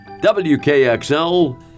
WKXL